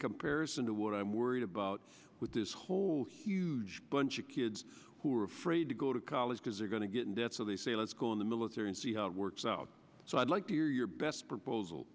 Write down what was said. comparison to what i'm worried about with this whole huge bunch of kids who are afraid to go to college because they're going to get in debt so they say let's go in the military and see how it works out so i'd like to hear your best proposal